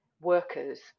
workers